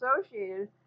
associated